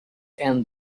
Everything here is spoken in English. and